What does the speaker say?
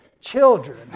children